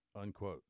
unquote